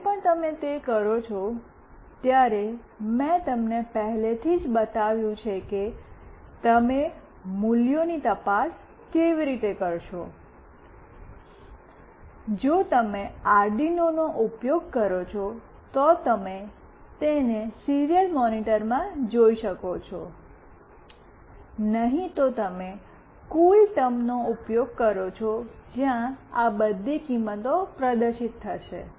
જ્યારે તમે તે કરો છો ત્યારે મેં તમને પહેલેથી જ બતાવ્યું છે કે તમે મૂલ્યોની તપાસ કેવી રીતે કરશો જો તમે આર્ડિનોનો ઉપયોગ કરો છો તો તમે તેને સીરીયલ મોનિટરમાં જોઈ શકો છો નહીં તો તમે કૂલટર્મનો ઉપયોગ કરો છો જ્યાં આ બધી કિંમતો પ્રદર્શિત થશે